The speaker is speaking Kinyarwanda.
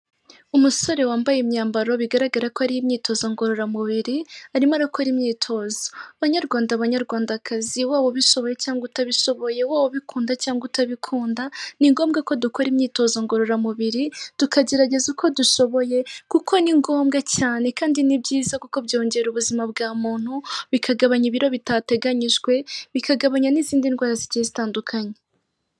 Umusore wambaye imyambaro bigaragara ko ari imyitozo ngororamubiri, arimo arakora imyitozo, banyarwanda banyarwandakazi waba ubishoboye cyangwa utabishoboye wowe ubikunda cyangwa utabikunda, ni ngombwa ko dukora imyitozo ngororamubiri, tukagerageza uko dushoboye, kuko ni ngombwa cyane kandi ni byiza kuko byongera ubuzima bwa muntu, bikagabanya ibiro bitateganyijwe, bikagabanya n'izindi ndwara zigiye zitandukanye.